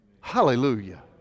Hallelujah